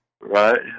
Right